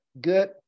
good